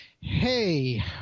hey